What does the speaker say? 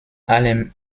allem